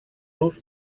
los